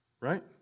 Right